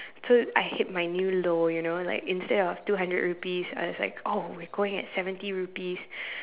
so I hit my new low you know like instead of two hundred rupees I was like oh we're going at seventy rupees